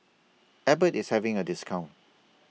Abbott IS having A discount